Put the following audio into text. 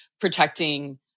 protecting